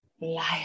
Liar